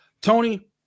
Tony